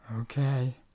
Okay